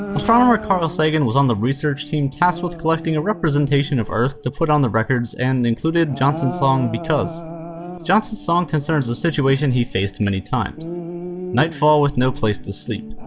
astronomer carl sagan was on the research team tasked with collecting a representation of earth to put on the records and included johnson's song because johnson's song concerns the situation he faced many times nightfall with no place to sleep.